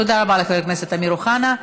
תודה רבה לחבר הכנסת אמיר אוחנה.